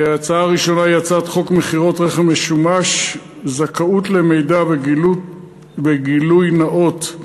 ההצעה הראשונה היא הצעת חוק מכירת רכב משומש (זכאות למידע וגילוי נאות)